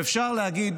ואפשר להגיד